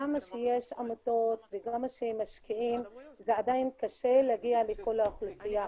כמה שיש עמותות וכמה שמשקיעים עדיין קשה להגיע לכל האוכלוסייה.